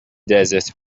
desert